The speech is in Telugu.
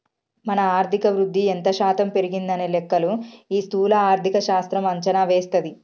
మన ఆర్థిక వృద్ధి ఎంత శాతం పెరిగిందనే లెక్కలు ఈ స్థూల ఆర్థిక శాస్త్రం అంచనా వేస్తది